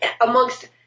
amongst